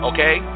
Okay